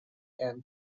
and